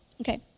Okay